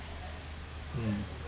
mm